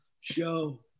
show